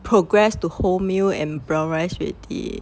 progress to wholemeal and brown rice already